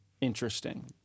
interesting